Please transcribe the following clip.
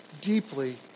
deeply